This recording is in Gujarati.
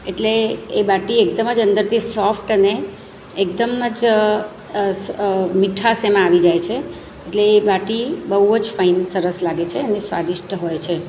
એટલે એ બાટી એકદમ જ અંદરથી સોફ્ટ અને એકદમ જ મીઠાશ એમાં આવી જાય છે એટલે એ બાટી બહુ જ ફાઇન સરસ લાગે છે અને સ્વાદિષ્ટ હોય છે